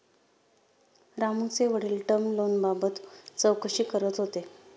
रामूचे वडील टर्म लोनबाबत चौकशी करत होते